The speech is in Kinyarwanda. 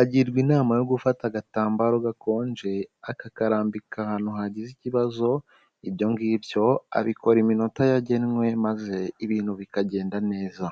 agirwa inama yo gufata agatambaro gakonje akakarambika ahantu hagize ikibazo, ibyo ngibyo abikora iminota yagenwe maze ibintu bikagenda neza.